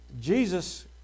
Jesus